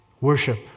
Worship